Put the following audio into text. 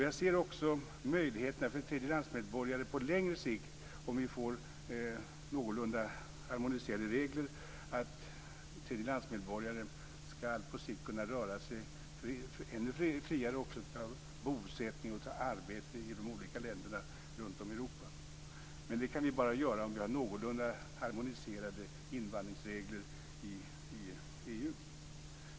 Jag ser också möjligheterna för tredjelandsmedborgare på längre sikt. Om vi får någorlunda harmoniserade regler skall tredjelandsmedborgare på sikt kunna röra sig ännu friare också vad gäller bosättning och arbete i de olika länderna runt om i Europa. Det kan man bara göra om vi har någorlunda harmoniserade invandringsregler i EU.